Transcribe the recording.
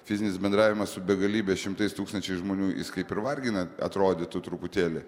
fizinis bendravimas su begalybės šimtais tūkstančių žmonių jis kaip ir vargina atrodytų truputėlį